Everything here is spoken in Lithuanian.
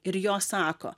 ir jos sako